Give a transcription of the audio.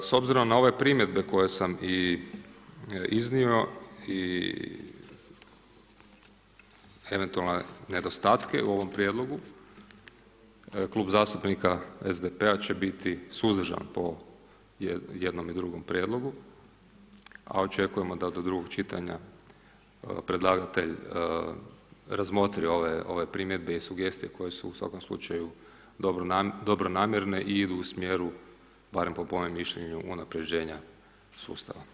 S obzirom na ove primjedbe koje sam i iznio i eventualne nedostatke u ovom prijedlogu, Klub zastupnika SDP-a će biti suzdržan po jednom i drugom prijedlogu a očekujemo da do drugog čitanja predlagatelj razmotri ove primjedbe i sugestije koje su u svakom slučaju dobronamjerne i idu u smjeru, barem po mojem mišljenju, unaprjeđenja sustava.